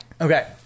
Okay